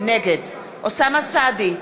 נגד אוסאמה סעדי,